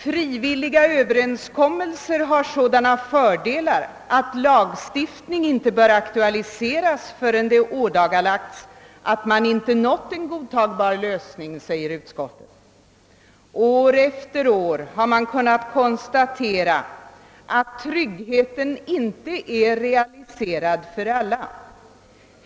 Frivilliga överenskommelser har sådana fördelar, att lagstiftning inte bör aktualiseras förrän det ådagalagts att man inte nått en godtagbar lösning, säger utskottsmajoriteten. År efter år har man kunnat konstatera att tryggheten inte är realiserad för alla.